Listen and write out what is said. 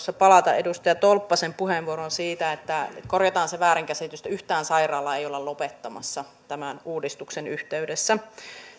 palata edustaja tolppasen puheenvuoroon jotta korjataan se väärinkäsitys eli yhtään sairaalaa ei olla lopettamassa tämän uudistuksen yhteydessä